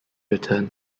returned